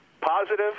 Positive